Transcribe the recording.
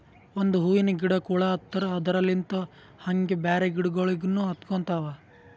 ಒಂದ್ ಹೂವಿನ ಗಿಡಕ್ ಹುಳ ಹತ್ತರ್ ಅದರಲ್ಲಿಂತ್ ಹಂಗೆ ಬ್ಯಾರೆ ಗಿಡಗೋಳಿಗ್ನು ಹತ್ಕೊತಾವ್